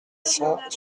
cent